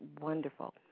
wonderful